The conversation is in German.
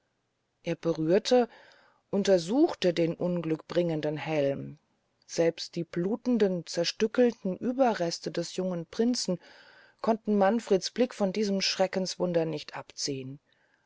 er berührte untersuchte den unglückbringenden helm selbst die blutenden zerstückelten ueberreste des jungen prinzen konnten manfreds blicke von diesem schreckenswunder nicht abziehn